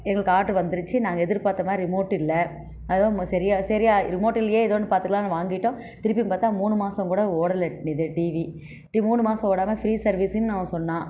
எங்களுக்கு ஆட்ரு வந்துடுச்சி நாங்கள் எதிர்பாத்த மாதிரி ரிமோட் இல்லை அதுக்கு சரி ரிமோட் இல்லையே ஏதோ ஒன்று பார்த்துக்கலான்னு வாங்கிட்டோம் திருப்பியும் பார்த்தா மூணு மாதம் கூட ஓடலை இது டிவி மூணு மாதம் ஓடாமல் ஃபிரீ சர்வீஸுன்னு அவன் சொன்னான்